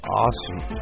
awesome